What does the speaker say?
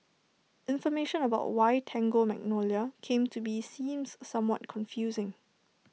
information about why Tango Magnolia came to be seems somewhat confusing